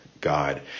God